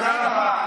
תודה רבה.